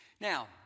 Now